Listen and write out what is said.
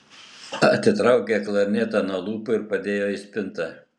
atitraukė klarnetą nuo lūpų ir padėjo į spintą